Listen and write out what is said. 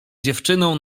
dziewczyną